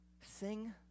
Sing